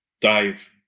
Dave